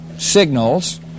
signals